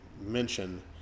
mention